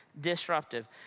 disruptive